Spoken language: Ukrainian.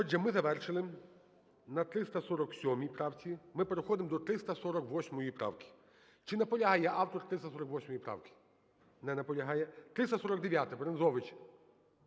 Отже, ми завершили на 347 правці. Ми переходимо до 348 правки. Чи наполягає автор 348 правки? Не наполягає. 349-а, Брензович.